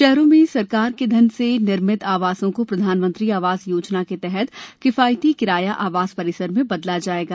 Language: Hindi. शहरों में सरकार के धन से निर्मित आवासों को प्रधानमंत्री आवास योजना के तहत किफायती किराया आवास परिसर में बदला जाएगा